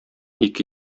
ике